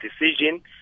decision